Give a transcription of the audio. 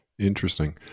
Interesting